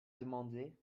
demandé